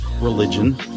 religion